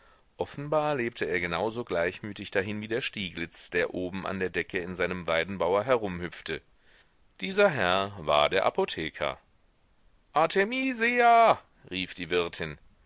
offenbar lebte er genau so gleichmütig dahin wie der stieglitz der oben an der decke in seinem weidenbauer herumhüpfte dieser herr war der apotheker artemisia rief die wirtin